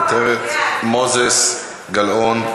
מוותרת, מוזס, גלאון,